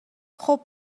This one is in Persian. خوب